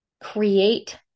create